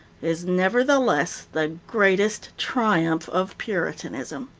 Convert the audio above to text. is nevertheless the greatest triumph of puritanism.